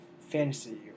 fantasy